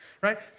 right